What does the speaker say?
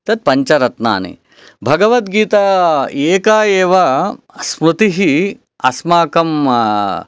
तत् पञ्चरत्नानि भगवद्गीता एका एव स्मृतिः अस्माकम्